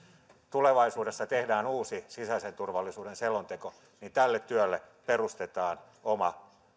tulevaisuudessa tehdään uusi sisäisen turvallisuuden selonteko niin tälle työlle perustetaan oma